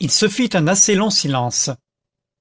il se fit un assez long silence